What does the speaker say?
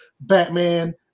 Batman